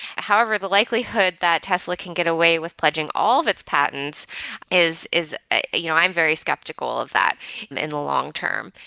however, the likelihood that tesla can get away with pledging all of its patents is is ah you know i'm very skeptical of that in the long term,